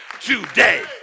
today